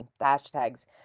hashtags